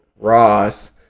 Ross